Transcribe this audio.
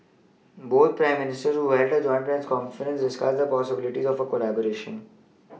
both prime Ministers who held a joint press conference discussed the possibilities of a collaboration